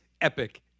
epic